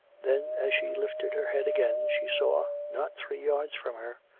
then as she lifted her head again, she saw, not three yards from her,